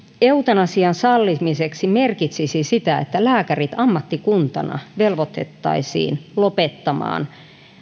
eutanasian sallimiseksi merkitsisi sitä että lääkärit ammattikuntana velvoitettaisiin lopettamaan